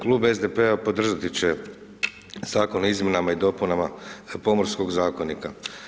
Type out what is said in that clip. Klub SDP-a podržati će Zakon o izmjenama i dopunama pomorskog zakonika.